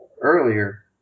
earlier